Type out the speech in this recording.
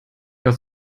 auf